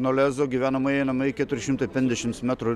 nuo lezo gyvenamieji namai keturi šimtai penkiasdešimt metrų